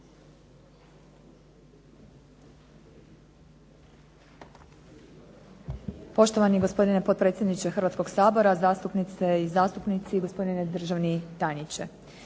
Poštovani gospodine potpredsjedniče Hrvatskoga sabora, zastupnice i zastupnici, gospodine državni tajniče.